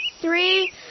three